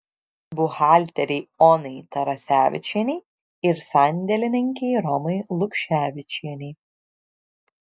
buhalterei onai tarasevičienei ir sandėlininkei romai lukševičienei